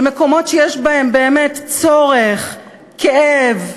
במקומות שיש בהם באמת צורך, כאב,